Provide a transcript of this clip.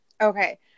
Okay